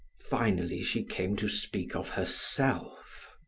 finally she came to speak of herself.